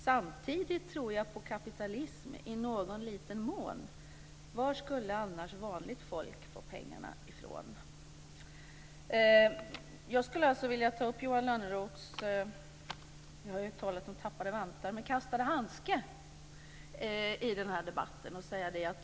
Samtidigt tror jag på kapitalism i någon liten mån. Var skulle annars vanligt folk få pengarna ifrån? Jag skulle vilja ta upp Johan Lönnroths kastade handske - vi har ju talat om tappade vantar - i debatten.